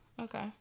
Okay